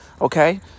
Okay